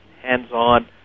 hands-on